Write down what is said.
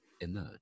emerge